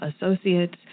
associates